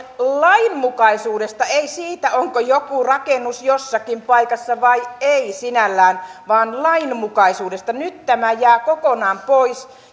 lainmukaisuudesta eivät sinällään siitä onko joku rakennus jossakin paikassa vai ei vaan lainmukaisuudesta nyt tämä jää kokonaan pois